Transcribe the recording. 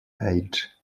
age